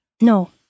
No